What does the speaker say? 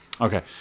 Okay